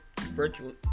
virtual